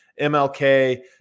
MLK